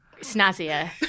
snazzier